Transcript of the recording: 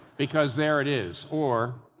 because there it is. or,